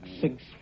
six